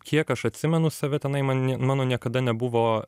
kiek aš atsimenu save tenai man nie mano niekada nebuvo